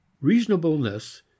Reasonableness